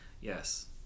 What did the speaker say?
yes